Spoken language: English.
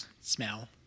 smell